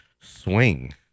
Swing